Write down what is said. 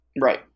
Right